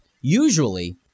Usually